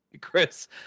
Chris